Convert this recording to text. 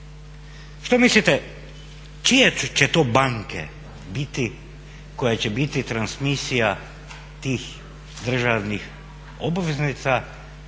Što mislite čije će to banke biti koje će biti transmisija tih državnih obveznica